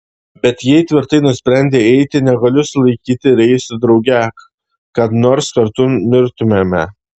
bet jei tvirtai nusprendei eiti negaliu sulaikyti ir eisiu drauge kad nors kartu mirtumėme